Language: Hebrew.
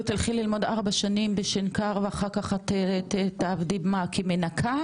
כאילו תלכי ללמוד ארבע שנים בשנקר ואחר כך את תעבדי מה כמנקה?